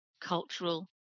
cultural